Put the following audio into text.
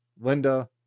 Linda